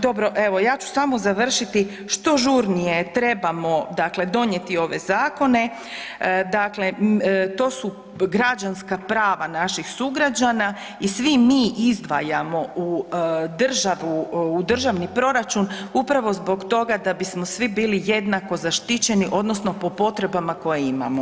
Dobro, evo, ja ću samo završiti što žurnije trebamo dakle donijeti ove zakone, dakle to su građanska prava naših sugrađana i svi mi izdvajamo u državu, u državni proračun upravo zbog toga da bismo svi bili jednako zaštićeni odnosno po potrebama koje imamo.